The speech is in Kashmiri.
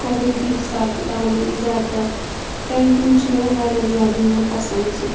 قۄدرٔتی حِساب کِتابٕے زیادٕ تر تَمہِ کِنۍ چھُ مےٚ واریاہ زیادٕ یِوان پسنٛد سُہ